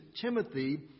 Timothy